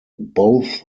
both